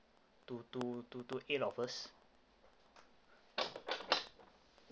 two two two two eight of us